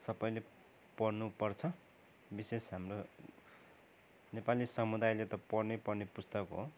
सबैले पढ्नुपर्छ विशेष हाम्रो नेपाली समुदायले त पढ्नै पर्ने पुस्तक हो